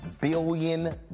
billion